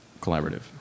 collaborative